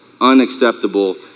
unacceptable